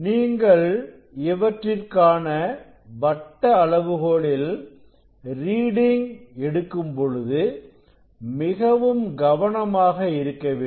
நீங்கள் இவற்றிற்கான வட்ட அளவுகோலில் ரீடிங் எடுக்கும் பொழுது மிகவும் கவனமாக இருக்க வேண்டும்